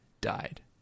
died